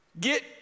Get